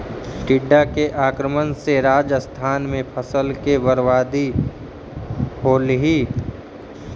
टिड्डा के आक्रमण से राजस्थान में फसल के बर्बादी होलइ